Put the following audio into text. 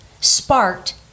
sparked